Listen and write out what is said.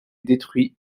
détruits